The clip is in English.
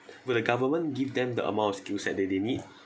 would the government give them the amount of skillsets that they need